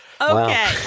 Okay